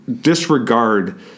disregard